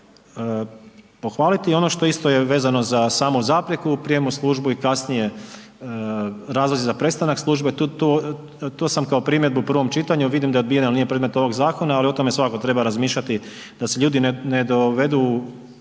pohvaliti. Ono što isto je vezano za samu zapreku u prijemu u službu i kasnije razlozi za prestanak službe, tu sam kao primjedbu u prvom čitanju, vidim da je odbijen ali nije predmet ovog zakona ali o tome svakako treba razmišljati da se ljudi ne dovedu